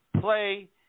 play